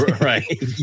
Right